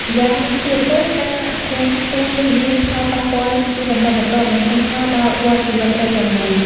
ម្យ៉ាងទៀតនោះ ការរាំងស្ទះនេះមានផលប៉ះពាល់ជាបន្តបន្ទាប់ និងធ្ងន់ធ្ងរដល់ វដ្តជីវិតត្រីទាំងមូល។